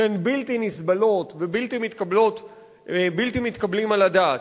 שהם בלתי נסבלים ובלתי מתקבלים על הדעת.